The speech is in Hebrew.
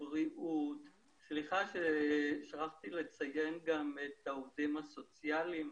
סליחה ששכחתי לציין גם את העובדים הסוציאליים,